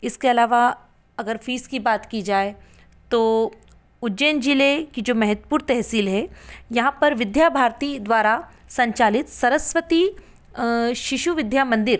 इसके अलावा अगर फ़ीस की बात की जाए तो उज्जैन ज़िले की जो महत्वपूर्ण तहसील है यहाँ पर विद्या भारती द्वारा संचालित सरस्वती शिशु विद्या मंदिर